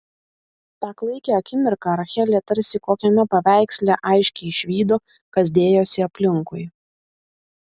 tą klaikią akimirką rachelė tarsi kokiame paveiksle aiškiai išvydo kas dėjosi aplinkui